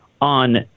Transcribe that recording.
on